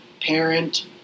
parent